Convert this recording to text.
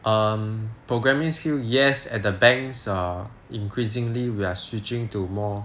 um programming skill yes at the banks err increasingly we are switching to more